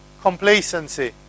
complacency